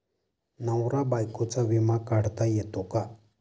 नवरा बायकोचा विमा काढता येतो का?